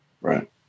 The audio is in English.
Right